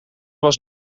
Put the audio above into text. was